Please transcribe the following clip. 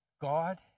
God